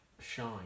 Shine